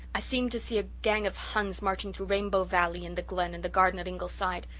i seemed to see a gang of huns marching through rainbow valley and the glen, and the garden at ingleside.